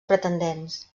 pretendents